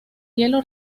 hielo